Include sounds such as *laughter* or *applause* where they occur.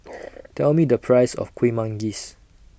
*noise* Tell Me The Price of Kuih Manggis